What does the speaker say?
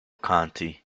county